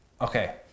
Okay